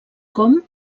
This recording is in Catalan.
com